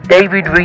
David